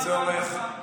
צורך, את חובת ההנחה.